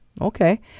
Okay